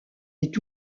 est